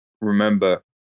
remember